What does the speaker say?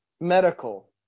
medical